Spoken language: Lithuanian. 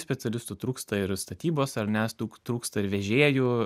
specialistų trūksta ir statybos ar ne trū trūksta ir vežėjų